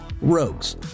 Rogues